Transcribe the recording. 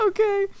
Okay